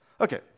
Okay